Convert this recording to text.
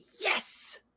Yes